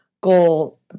goal